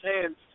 hands